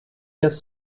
quatre